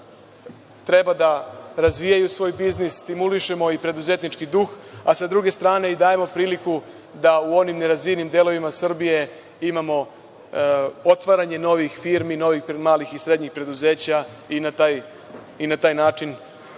treba da razvijaju svoj biznis, stimulišemo i preduzetnički duh, a sa druge strane i dajemo priliku da u onim nerazvijenim delovima Srbije imamo otvaranje novih firmi, otvaranje novih malih i srednjih preduzeća i na taj način